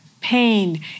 pain